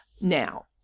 Now